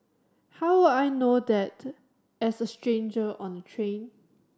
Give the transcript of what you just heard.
how would I know that as a stranger on the train